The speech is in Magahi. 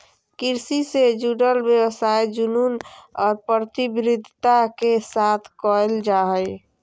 कृषि से जुडल व्यवसाय जुनून और प्रतिबद्धता के साथ कयल जा हइ